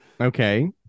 okay